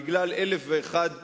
בגלל אלף ואחת סיבות,